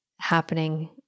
happening